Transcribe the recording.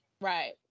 Right